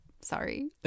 Sorry